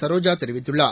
சரோஜா தெரிவித்துள்ளார்